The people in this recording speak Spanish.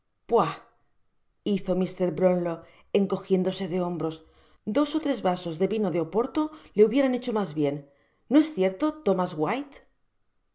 hizo mr brownlow encojiéndose do hombros dos ó tres vasos de vino de oporto le hubieran hecho mas bien no es cierto tomás wliite